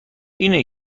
اینه